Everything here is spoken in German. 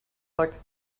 sagt